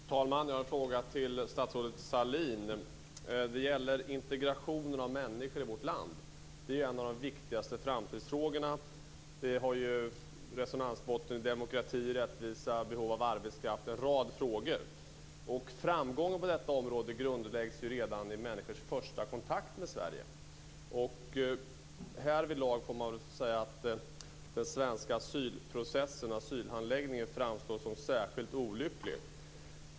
Fru talman! Jag har en fråga till statsrådet Sahlin. Den gäller integrationen av människor i vårt land. Den är en av de viktigaste framtidsfrågorna och har ju resonansbotten i demokrati, rättvisa, behov av arbetskraft och en rad andra frågor. Framgång på detta område grundläggs redan vid människors första kontakt med Sverige. Härvidlag får man väl säga att den svenska asylhandläggningen framstår som särskilt olycklig.